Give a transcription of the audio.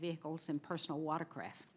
vehicles and personal watercraft